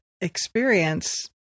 experience